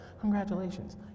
congratulations